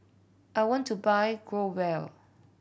I want to buy Growell